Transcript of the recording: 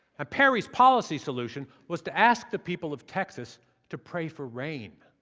and perry's policy solution was to ask the people of texas to pray for rain.